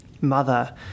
mother